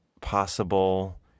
possible